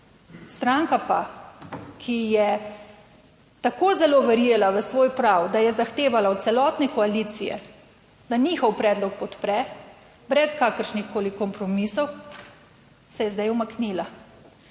Stranka pa, ki je tako zelo verjela v svoj prav, da je zahtevala od celotne koalicije, da njihov predlog podpre brez kakršnihkoli kompromisov, se je zdaj umaknila.